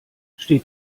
steht